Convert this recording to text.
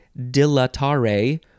dilatare